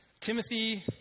Timothy